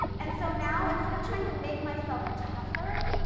and so now, instead of trying to make myself tougher,